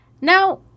Now